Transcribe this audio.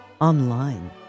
online